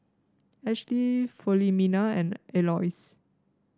Ashlie Filomena and Aloys